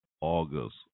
August